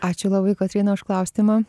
ačiū labai kotryna už klausimą